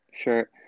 Sure